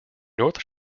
north